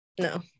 no